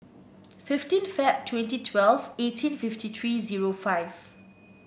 fifteen Feb twenty twelve eighteen fifty three zero five